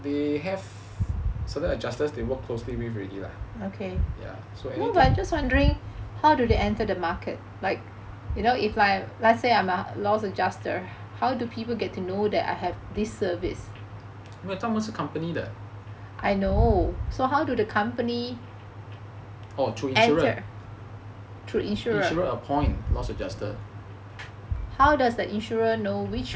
they have certain adjusters they worked closely with already lah 没有他们是 company 的 oh through insurers appoint loss adjuster